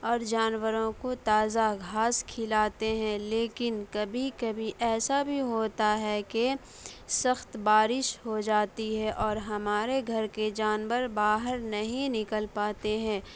اور جانوروں کو تازہ گھاس کھلاتے ہیں لیکن کبھی کبھی ایسا بھی ہوتا ہے کہ سخت بارش ہو جاتی ہے اور ہمارے گھر کے جانور باہر نہیں نکل پاتے ہیں